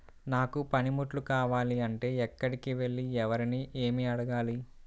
నాకు పనిముట్లు కావాలి అంటే ఎక్కడికి వెళ్లి ఎవరిని ఏమి అడగాలి?